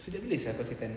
sejak bila sia kau setan